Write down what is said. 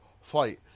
Fight